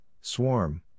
swarm